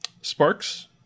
Sparks